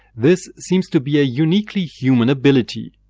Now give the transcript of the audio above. this seems to be a uniquely human ability.